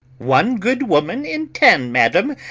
one good woman in ten, madam,